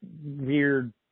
weird